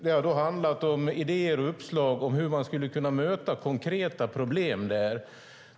Det har handlat om idéer och uppslag om hur man skulle kunna möta konkreta problem där.